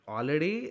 Already